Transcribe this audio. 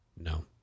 No